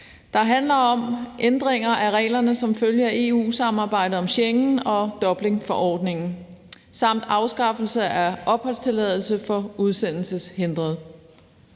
der handler om ændringer af reglerne som følge af EU-samarbejdet om Schengen og Dublinforordningen samt afskaffelse af opholdstilladelse for udsendelseshindrede.